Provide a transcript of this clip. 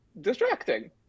distracting